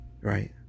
Right